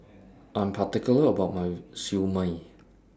I'm particular about My Siew Mai